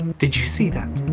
did you see that?